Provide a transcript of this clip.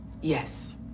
Yes